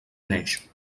neix